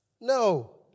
No